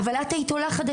לא.